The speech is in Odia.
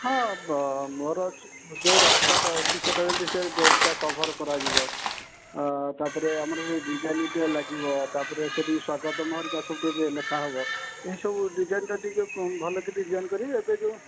ହଁ ବ ମୋର ଅଛି ଯେଉଁ ରାସ୍ତାଟା ଅଛି ସେଇଟା ଯଦି ସେ ଗେଟ୍ଟା କଭର୍ କରାଯିବ ତା'ପରେ ଆମର ସେ ଡିଜାଇନ୍ ଟିକେ ଲାଗିବ ତା'ପରେ ସେଇଠି ସ୍ୱାଗତମ୍ ହରିକା ସବୁ ଟିକେ ଟିକେ ଲେଖାହେବ ଏସବୁ ଡିଜାଇନ୍ଟା ଟିକେ ଭଲକି ଡିଜାଇନ୍ କରିବେ ଏବେ ଯେଉଁ